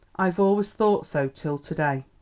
i've always thought so till to-day.